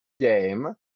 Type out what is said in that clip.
game